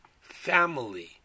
family